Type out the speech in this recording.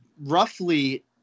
roughly